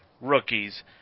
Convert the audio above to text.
rookies